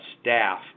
staff